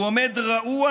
הוא עומד רעוע,